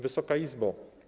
Wysoka Izbo!